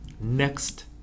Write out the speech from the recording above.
next